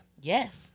yes